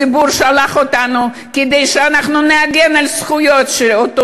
הציבור שלח אותנו כדי שאנחנו נגן על הזכויות של אותו